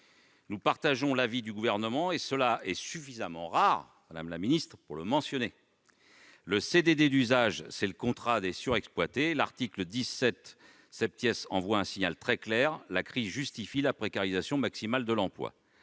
Nous partageons l'avis du Gouvernement- c'est suffisamment rare pour être mentionné -: le CDD d'usage, c'est le contrat des surexploités. Or l'article 17 envoie un signal très clair : la crise justifie la précarisation maximale de l'emploi.